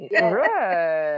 Right